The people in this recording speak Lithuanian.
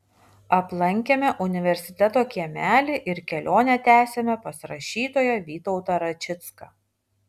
aplankėme universiteto kiemelį ir kelionę tęsėme pas rašytoją vytautą račicką